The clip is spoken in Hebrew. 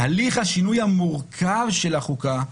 הליך השינוי המורכב של החוקה,